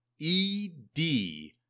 -ed-